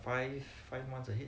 five five months ahead